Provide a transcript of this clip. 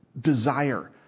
desire